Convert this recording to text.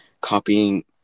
Copying